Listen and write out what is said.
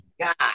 God